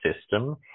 system